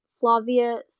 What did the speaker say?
Flavia